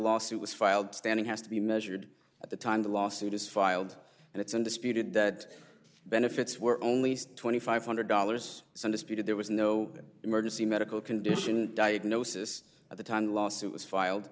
lawsuit was filed standing has to be measured at the time the lawsuit is filed and it's undisputed that benefits were only twenty five hundred dollars some disputed there was no emergency medical condition diagnosis at the time lawsuit was filed